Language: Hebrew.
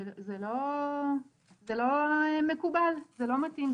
זה לא מקובל וזה לא מתאים,